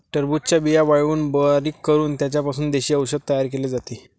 टरबूजाच्या बिया वाळवून बारीक करून त्यांचा पासून देशी औषध तयार केले जाते